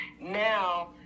now